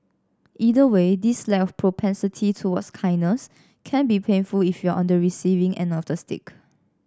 either way this lack of propensity towards kindness can be painful if you're on the receiving end of the stick